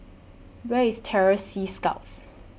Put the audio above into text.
Where IS Terror Sea Scouts